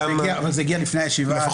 לפחות זה הגיע לפני הישיבה,